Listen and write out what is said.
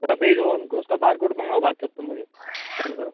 सब भेजो उसका बार कोड मँगाओ वाटसप पर मुझे साइन करो